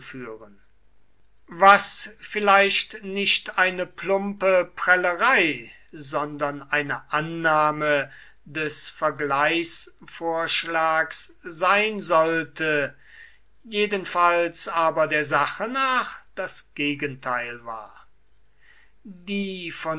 was vielleicht nicht eine plumpe prellerei sondern eine annahme des vergleichsvorschlags sein sollte jedenfalls aber der sache nach das gegenteil war die